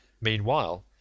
Meanwhile